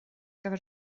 gyfer